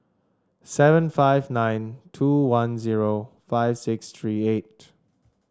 seven five nine two one zero five six three eight